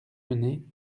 mener